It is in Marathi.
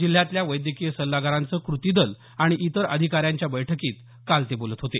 जिल्ह्यातल्या वैद्यकीय सल्लागारांचं कृती दल आणि इतर अधिकाऱ्यांच्या बैठकीत काल ते बोलत होते